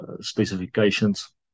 specifications